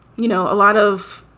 you know, a lot of